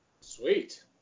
Sweet